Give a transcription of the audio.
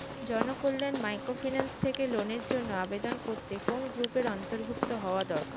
Janakalyan microfinance থেকে লোনের জন্য আবেদন করতে কোন গ্রুপের অন্তর্ভুক্ত হওয়া দরকার?